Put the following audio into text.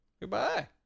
Goodbye